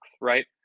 right